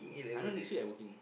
I know next week I working